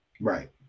Right